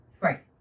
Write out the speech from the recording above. Right